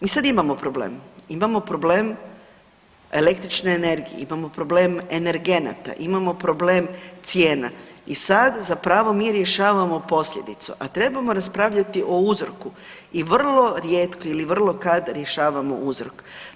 Mi sad imamo problem, imamo problem električne energije, imamo problem energenata, imamo problem cijena i sad zapravo mi rješavamo posljedicu, a trebamo raspravljati o uzroku i vrlo rijetko ili vrlo kada rješavamo uzrok.